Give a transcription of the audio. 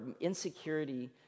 insecurity